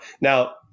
Now